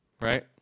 Right